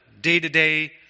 day-to-day